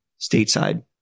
stateside